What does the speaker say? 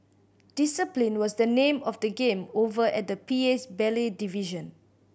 discipline was the name of the game over at the P A's ballet division